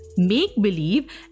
Make-believe